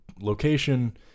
location